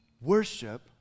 worship